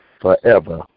forever